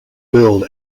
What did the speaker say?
billed